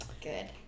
good